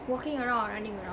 walking around or running around